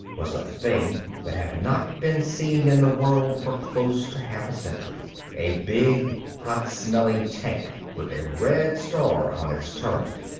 was a thing that had not been seen in the world for close to half a century a big, hot-smelling tank with a red star on its turret.